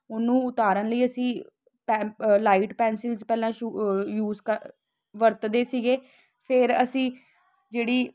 ਉਹਨੂੰ ਉਤਾਰਨ ਲਈ ਅਸੀਂ ਟਾ ਲਾਈਟ ਪੈਨਸਿਲ ਪਹਿਲਾਂ ਸ਼ੂ ਯੂਜ ਕਰ ਵਰਤਦੇ ਸੀਗੇ ਫਿਰ ਅਸੀਂ ਜਿਹੜੀ